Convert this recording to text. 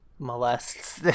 molests